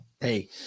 hey